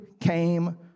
came